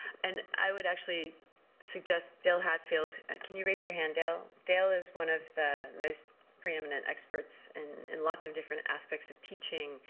and i would actually suggest dale hatfield. and can you raise your hand, dale? dale is one of the most preeminent experts in in lots of different aspects of teaching